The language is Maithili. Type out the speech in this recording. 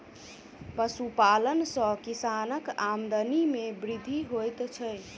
पशुपालन सॅ किसानक आमदनी मे वृद्धि होइत छै